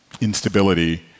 instability